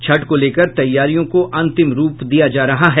छठ को लेकर तैयारियों को अंतिम रूप दिया जा रहा है